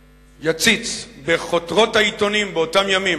יציץ, בכותרות העיתונים באותם ימים,